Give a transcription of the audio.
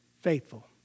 faithful